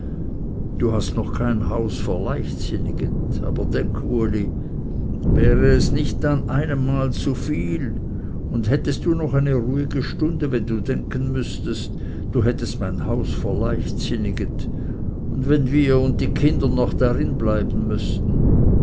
du hast noch kein haus verleichtsinniget aber denk uli wär es nicht an einem mal zu viel und hättest du noch eine ruhige stunde wenn du denken müßtest du hättest mir mein haus verleichtsinniget und wenn wir und die kinder noch darin bleiben müßten